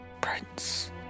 Prince